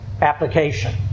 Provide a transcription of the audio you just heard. application